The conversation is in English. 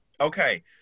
Okay